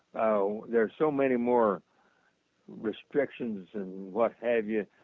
oh, there is so many more restrictions and what have you.